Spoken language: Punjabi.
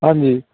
ਹਾਂਜੀ